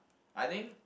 I think